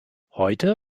heute